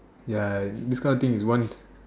ya this kind of thing you want